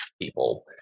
people